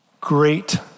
great